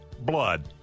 Blood